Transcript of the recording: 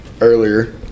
earlier